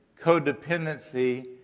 codependency